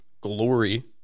glory